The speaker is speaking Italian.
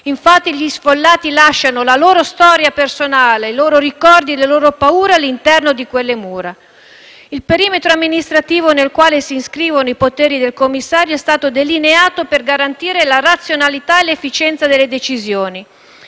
infatti, lasciano la loro storia personale, i loro ricordi e le loro paure all’interno di quelle mura. Il perimetro amministrativo nel quale si iscrivono i poteri del commissario è stato delineato per garantire la razionalità e l’efficienza delle decisioni.